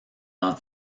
d’en